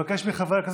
גמליאל,